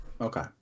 Okay